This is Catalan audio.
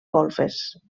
golfes